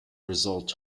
result